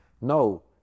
No